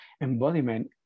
embodiment